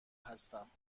هستم